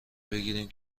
بگیریم